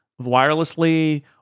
wirelessly